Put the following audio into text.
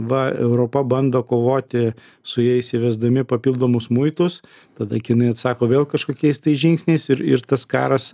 va europa bando kovoti su jais įvesdami papildomus muitus tada kinai atsako vėl kažkokiais tai žingsniais ir ir tas karas